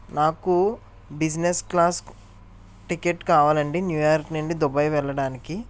నాకు business class ticket కావాలండి New York నుండి దుబాయ్ వెళ్ళడానికి